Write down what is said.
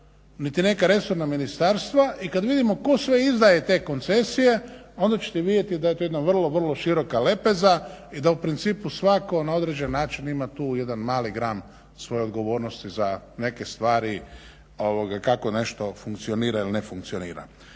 niti neka resorna ministarstva, i kad vidimo tko sve izdaje te koncesije onda ćete vidjeti da je to jedna vrlo, vrlo široka lepeza, i da u principu svatko na određen način ima tu jedan mali gram svoje odgovornosti za neke stvari kako nešto funkcionira ili ne funkcionira.